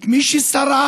את מי שסרח,